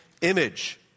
image